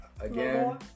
again